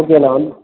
okay நான் வந்து